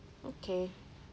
okay